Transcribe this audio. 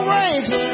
race